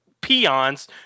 peons